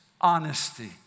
honesty